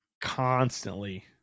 constantly